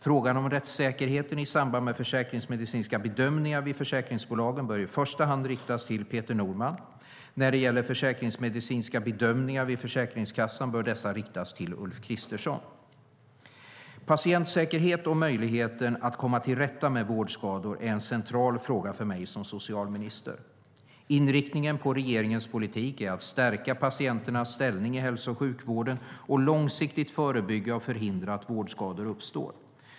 Frågan om rättssäkerheten i samband med försäkringsmedicinska bedömningar vid försäkringsbolagen bör i första hand riktas till Peter Norman. När det gäller försäkringsmedicinska bedömningar vid Försäkringskassan bör dessa frågor riktas till Ulf Kristersson. Patientsäkerhet och möjligheten att komma till rätta med vårdskador är en central fråga för mig som socialminister. Inriktningen på regeringens politik är att stärka patienternas ställning i hälso och sjukvården och att långsiktigt förebygga och förhindra att vårdskador uppstår.